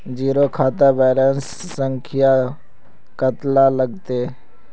Zero खाता balance संख्या कतला लगते?